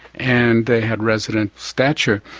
and they had resident stature.